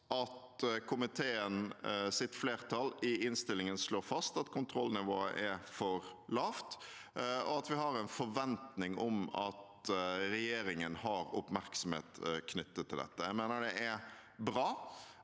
at komiteens flertall i innstillingen slår fast at kontrollnivået er for lavt, og at vi har en forventning om at regjeringen har oppmerksomhet knyttet til dette. Jeg mener det er bra